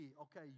okay